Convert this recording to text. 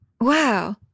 Wow